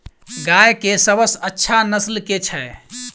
गाय केँ सबसँ अच्छा नस्ल केँ छैय?